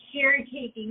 caretaking